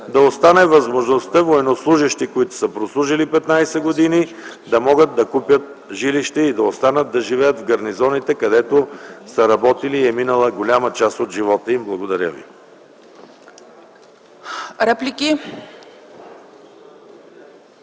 да остане възможността военнослужещи, които са прослужили 15 години, да могат да купят жилище и да останат да живеят в гарнизоните, където са работили и е минала голяма част от живота им. Благодаря ви.